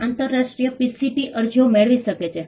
ભારત આંતરરાષ્ટ્રીય પીસીટી અરજીઓ મેળવી શકે છે